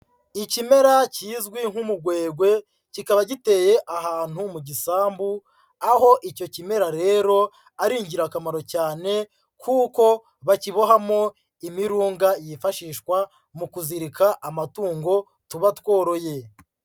Ikimera kizwi nk'umugwegwe kikaba giteye ahantu mu gisambu, aho icyo kimera rero ari ingirakamaro cyane kuko bakibohamo imirunga yifashishwa mu kuzirika amatungo tuba tworoye.